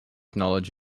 knowledge